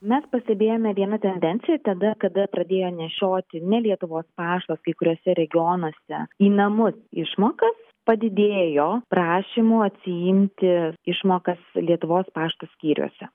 mes pastebėjome vieną tendenciją tada kada pradėjo nešioti ne lietuvos paštas kai kuriuose regionuose į namus išmokas padidėjo prašymų atsiimti išmokas lietuvos pašto skyriuose